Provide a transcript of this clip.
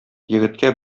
егеткә